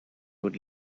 would